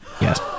Yes